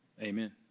Amen